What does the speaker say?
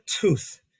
tooth